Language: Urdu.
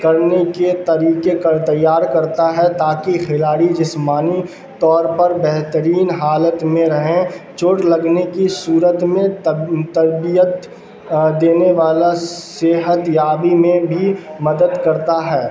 کرنے کے طریقے کار تیار کرتا ہے تاکہ کھلاڑی جسمانی طور پر بہترین حالت میں رہیں چوٹ لگنے کی صورت میں تربیت دینے والا صحت یابی میں بھی مدد کرتا ہے